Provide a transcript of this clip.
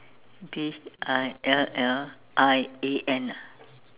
V I L L I A N ah